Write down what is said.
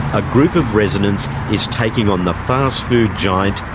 a group of residents is taking on the fast food giant,